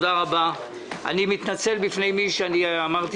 הישיבה ננעלה